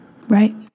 Right